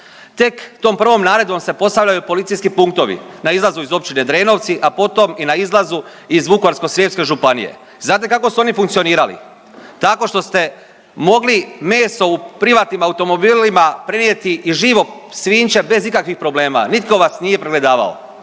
Tek tom prvom naredbom se postavljaju policijski punktovi na izlazu iz općine Drenovci, a potom i na izlazu iz Vukovarsko-srijemske županije. Znate kako su oni funkcionirali? Tako što ste mogli meso u privatnim automobilima prenijeti i živo svinjče bez ikakvih problema, nitko vas nije pregledavao.